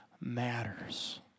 matters